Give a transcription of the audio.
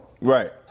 Right